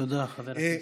תודה, חבר הכנסת.